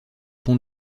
pont